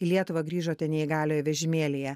į lietuvą grįžote neįgaliojo vežimėlyje